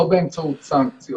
לא באמצעות סנקציות.